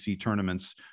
tournaments